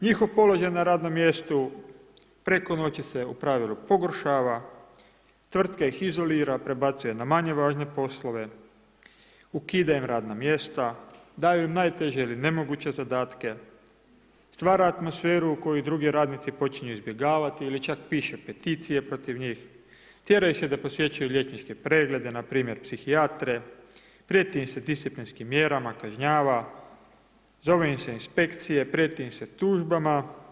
Njihov položaj na radnom mjestu preko noći se u pravili pogoršava, tvrtka ih izolira, prebacuje na manje važne poslove, ukida im radna mjesta, daju im najteže ili nemoguće zadatke, stvara atmosferu u kojoj ih drugi radnici počinju izbjegavati ili čak piše peticije protiv njih, tjera ih se da posjećuju liječničke preglede, npr. psihijatre, prijeti im se disciplinskim mjerama, kažnjava, zove im se inspekcije, prijeti im se tužbama.